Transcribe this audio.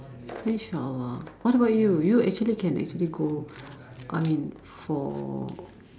inshallah what about you you actually can actually go I mean for